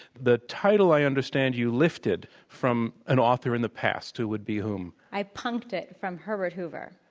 the title, i understand, you lifted from an author in the past, who would be whom? i punked it from herbert hoover.